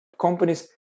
companies